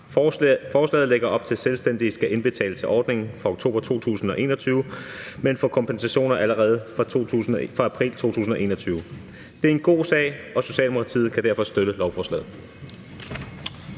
Forslaget lægger op til, at selvstændige skal indbetale til ordningen fra oktober 2021, men får kompensationer allerede fra april 2021. Det er en god sag, og Socialdemokratiet kan derfor støtte lovforslaget.